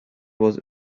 was